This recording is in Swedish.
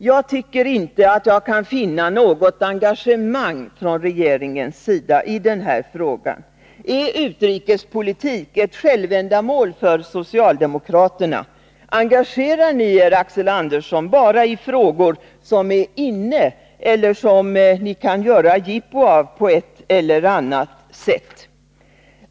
Jag tycker inte att jag kan finna något engagemang från regeringens sida i den här frågan. Är utrikespolitik ett självändamål för socialdemokraterna? Engagerar ni er, Axel Andersson, bara i frågor som är ”inne” eller som ni kan göra jippo av på ett eller annat sätt?